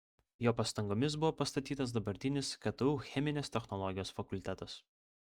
jo pastangomis buvo pastatytas dabartinis ktu cheminės technologijos fakultetas